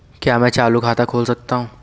क्या मैं चालू खाता खोल सकता हूँ?